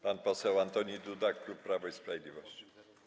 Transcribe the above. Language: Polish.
Pan poseł Antoni Duda, klub Prawo i Sprawiedliwość.